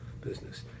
business